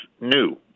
new